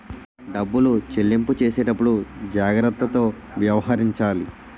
డబ్బులు చెల్లింపు చేసేటప్పుడు జాగ్రత్తతో వ్యవహరించాలి